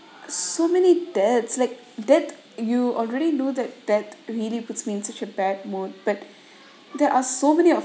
so many deaths like death you already do that that really puts me in such a bad mood but there are so many of